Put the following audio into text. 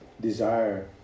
desire